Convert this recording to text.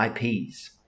IPs